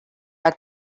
are